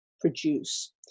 produce